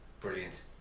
brilliant